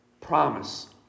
promise